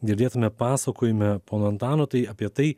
girdėtame pasakojime pono antano tai apie tai